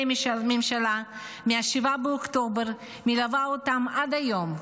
הממשלה מ-7 באוקטובר מלווה אותם עד היום,